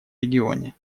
регионе